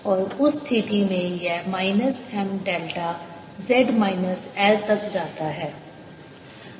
और उस स्थिति में यह minus M delta z minus L तक जाता है